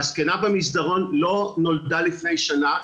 הזקנה במסדרון לא נולדה לפני שנה,